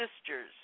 sisters